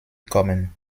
kommen